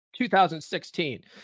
2016